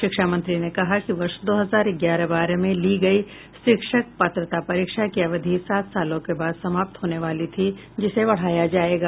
शिक्षा मंत्री ने कहा कि वर्ष दो हजार ग्यारह बारह में ली गयी शिक्षक पात्रता परीक्षा की अवधि सात सालों के बाद समाप्त होने वाली थी जिसे बढ़ाया जायेगा